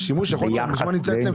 יכול להיות שהמזומן נמצא אצלם.